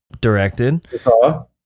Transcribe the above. directed